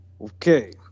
Okay